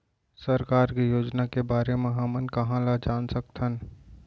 सरकार के योजना के बारे म हमन कहाँ ल जान सकथन?